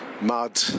mud